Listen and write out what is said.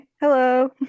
hello